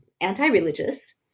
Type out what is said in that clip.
anti-religious